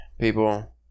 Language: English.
people